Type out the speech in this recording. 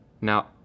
Now